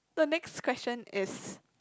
but next question is